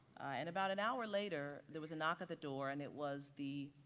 and about an hour later, there was a knock at the door and it was the